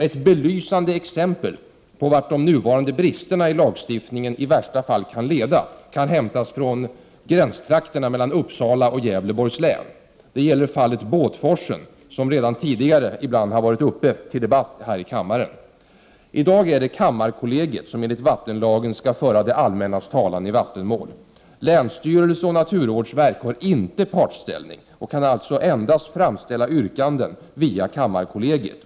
Ett belysande exempel på vart de nuvarande bristerna i lagstiftningen i värsta fall kan leda kan hämtas från gränstrakterna mellan Uppsala och Gävleborgs län. Det gäller fallet Båtforsen, som redan tidigare har varit uppe till debatt här i kammaren. I dag är det kammarkollegiet som enligt vattenlagen skall föra det allmännas talan i vattenmål. Länsstyrelse och naturvårdsverk har inte partsställning och kan alltså endast framställa yrkanden via kammarkollegiet.